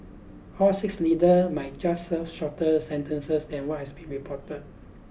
all six leader might just serve shorter sentences than what has been reported